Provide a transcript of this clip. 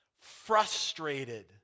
Frustrated